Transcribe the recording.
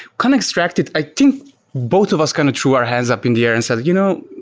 kind of extracted. i think both of us kind of threw our hands up in the air and said, you know,